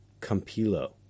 Campillo